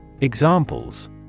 Examples